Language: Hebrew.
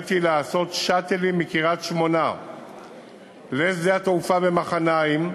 הוריתי לעשות "שאטלים" מקריית-שמונה לשדה-התעופה במחניים,